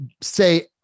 say